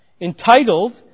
entitled